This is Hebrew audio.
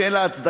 שאין לה הצדקה.